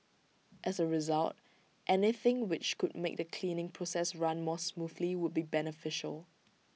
as A result anything which could make the cleaning process run more smoothly would be beneficial